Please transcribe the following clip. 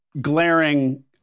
glaring